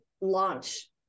launch